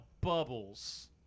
bubbles